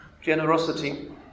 generosity